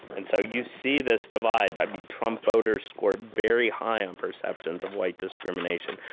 and so you see this divide. i mean, trump voters scored very high on perceptions of white discrimination.